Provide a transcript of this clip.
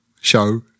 show